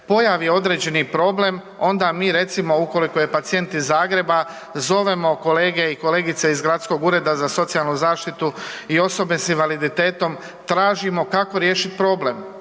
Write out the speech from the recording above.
pojavi određeni problem onda mi recimo ukoliko je pacijent iz Zagreba zovemo kolege i kolegice iz Gradskog ureda za socijalnu zaštitu i osobe s invaliditetom, tražimo kako riješiti problem,